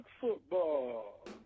Football